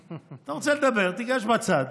אתה רוצה לדבר, תיגש לצד.